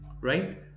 Right